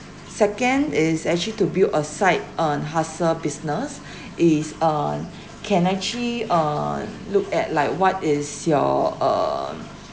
second is actually to build a site on hustle business is on can actually uh look at like what is your um